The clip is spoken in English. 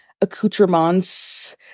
accoutrements